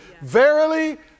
Verily